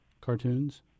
cartoons